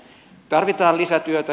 tarvitaan lisätyötä